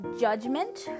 judgment